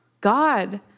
God